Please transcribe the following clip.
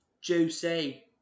Juicy